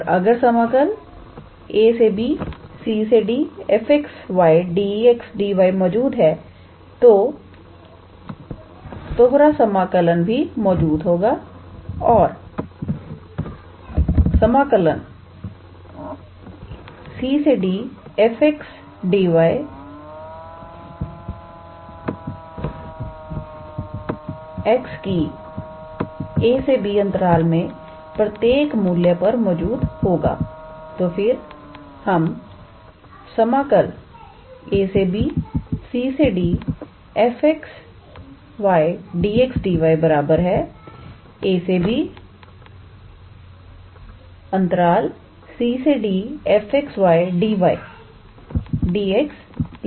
तो अगर समाकल ab cd 𝑓𝑥 𝑦𝑑𝑥𝑑𝑦 मौजूद है तो तोहरा समाकलन भी मौजूद होगा और समाकलनlcd 𝑓𝑥 𝑦𝑑𝑦 x की 𝑎 𝑏 मे प्रत्येक मूल्य पर मौजूद होगा तो फिर हम समाकलlabcd 𝑓𝑥 𝑦𝑑𝑥𝑑𝑦 ab cd 𝑓𝑥 𝑦𝑑𝑦𝑑𝑥 लिख सकते हैं